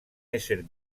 ésser